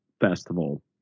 festival